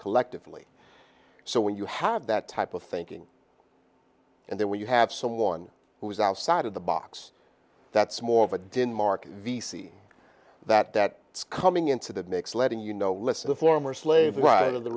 collectively so when you have that type of thinking and then when you have someone who is outside of the box that's more of a denmark v c that that it's coming into that makes letting you know listen the former slaves right of the